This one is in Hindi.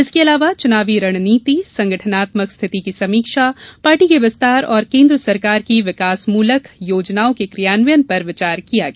इसके अलावा चूनावी रणनीति संगठनात्मक स्थिति की समीक्षा पार्टी के विस्तार और केन्द्र सरकार की विकासमूलक तथा जनकल्याणकारी योजनाओं के कियान्वयन पर विचार किया गया